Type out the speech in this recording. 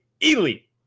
Elite